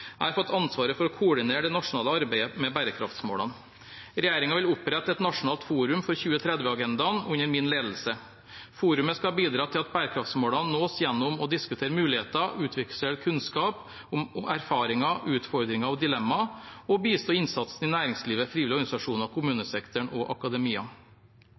fått ansvaret for å koordinere det nasjonale arbeidet med bærekraftsmålene. Regjeringen vil opprette et Nasjonalt forum for 2030-agendaen, under min ledelse. Forumet skal bidra til at bærekraftsmålene nås gjennom å diskutere muligheter, utveksle kunnskap om erfaringer, utfordringer og dilemmaer og å bistå innsatsen i næringslivet, frivillige organisasjoner, kommunesektoren og akademia.